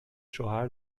شوهر